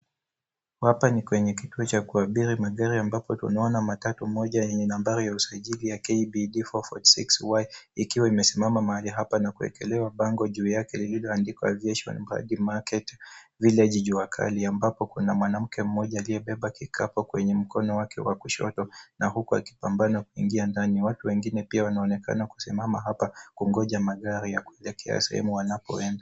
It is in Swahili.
Hapa ni kwenye kituo cha kuabiri magari ambapo tunaona matatu moja yenye nambari ya usajili ya KBU 446Y ikiwa imesimama mahali hapa na kuekelewa bango juu yake lililooandikwa ambapo kuna mwanamke mmoja aliyebeba kikapu kwenye mkono wake wa kushoto na huku akipambana kuingia ndani. Wau wengine pia wanaonekana kusimama hapa kungoja magari yanayoelekea sehemu wanapokwenda.